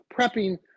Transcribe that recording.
prepping